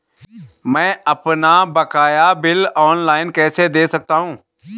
मैं अपना बकाया बिल ऑनलाइन कैसे दें सकता हूँ?